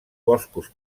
boscos